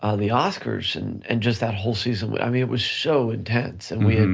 ah the oscars and and just that whole season, i mean, it was so intense and we um